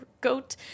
goat